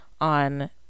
on